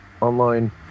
online